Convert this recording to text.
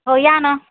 हो या ना